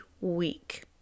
week